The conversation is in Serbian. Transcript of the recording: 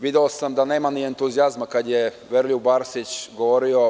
Video sam da nema entuzijazma kada je Veroljub Arsić govorio.